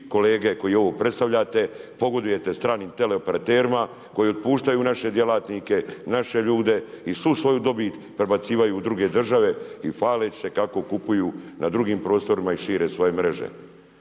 kolege koji ovo predstavljate, pogodujete stranim teleoperaterima koji otpuštaju naše djelatnike, naše ljude i svu svoju dobit prebacivaju u druge države i hvaleći se kako kupuju na drugim prostorima i šire svoje mreže.